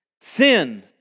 Sin